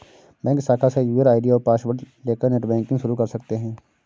bank शाखा से user ID और पॉसवर्ड लेकर नेटबैंकिंग शुरू कर सकते है